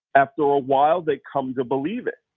after a while, they come to believe it.